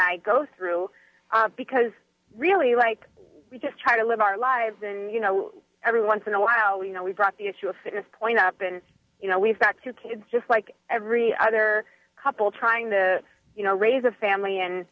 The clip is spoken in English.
i go through because really like we just try to live our lives and you know every once in a while we you know we brought the issue of fitness point up and you know we've got two kids just like every other couple trying to raise a family and